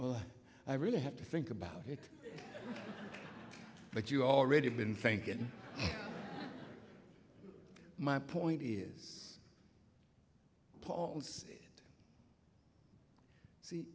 well i really have to think about it but you already been thinkin my point is paul s